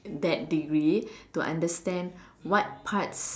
that degree to understand what parts